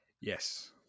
yes